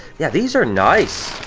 yeah these are nice!